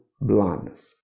blindness